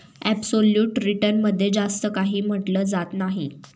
absolute return मध्ये जास्त काही म्हटलं जात नाही